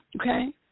Okay